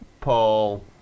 paul